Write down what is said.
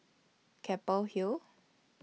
Keppel Hill